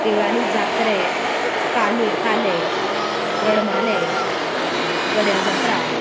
देवळांनी जात्रे काल काले रणमाले गड्या जात्रा